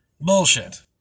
Bullshit